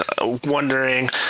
wondering